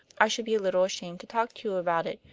i should be a little ashamed to talk to you about it.